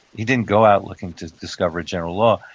he didn't go out looking to discover general law,